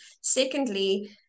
Secondly